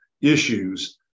issues